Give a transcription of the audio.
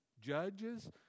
judges